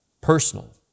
personal